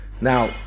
Now